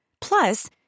Plus